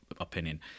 opinion